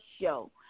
show